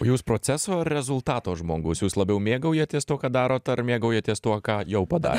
jūs proceso rezultato žmogus jūs labiau mėgaujatės tuo ką darote ar mėgaujatės tuo ką jau padarė